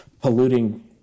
polluting